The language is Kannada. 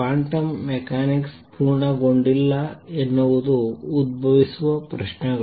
ಕ್ವಾಂಟಮ್ ಮೆಕ್ಯಾನಿಕ್ಸ್ ಪೂರ್ಣಗೊಂಡಿಲ್ಲ ಎನ್ನುವುದು ಉದ್ಭವಿಸುವ ಪ್ರಶ್ನೆಗಳು